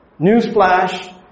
newsflash